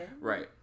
Right